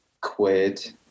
quit